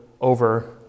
over